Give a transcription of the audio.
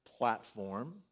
platform